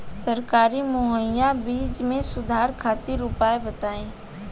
सरकारी मुहैया बीज में सुधार खातिर उपाय बताई?